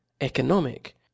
economic